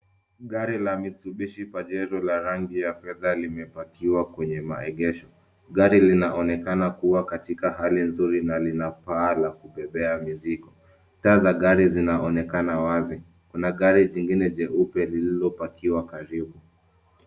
Gari la Mitsubishi Pajero la rangi ya fedha limepakiwa kwenye maegesho. Gari linaonekana kuwa katika hali nzuri na lina paa la kubebea mizigo. Taa za gari zinaonekana wazi. Kuna gari jingine jeupe lililopakiwa karibu.